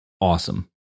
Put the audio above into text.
awesome